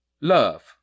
love